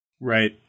Right